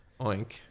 Oink